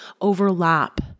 overlap